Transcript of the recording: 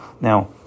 Now